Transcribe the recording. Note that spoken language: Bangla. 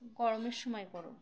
গরমের সময় গরম